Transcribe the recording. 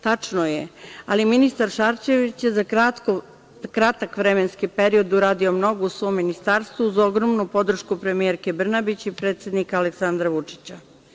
Tačno je, ali ministar Šarčević je za kratak vremenski period uradio mnogo u svom ministarstvu, uz ogromnu podršku premijerke Brnabić i predsednika Aleksandra Vučića.